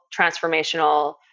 transformational